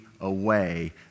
away